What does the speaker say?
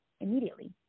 immediately